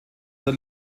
der